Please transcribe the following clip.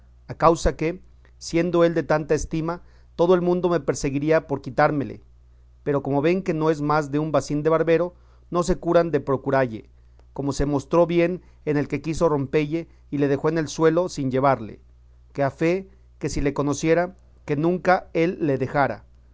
a causa que siendo él de tanta estima todo el mundo me perseguirá por quitármele pero como ven que no es más de un bacín de barbero no se curan de procuralle como se mostró bien en el que quiso rompelle y le dejó en el suelo sin llevarle que a fe que si le conociera que nunca él le dejara